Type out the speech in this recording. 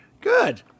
Good